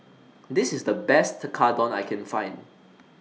This IS The Best Tekkadon I Can Find